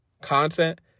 content